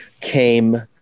came